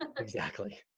ah exactly.